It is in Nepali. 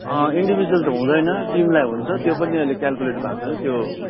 इन्डिभिज्वल त हुँदैन टिमलाई हुन्छ त्यो पनि अहिले क्याल्कुलेट भएको छैन त्यो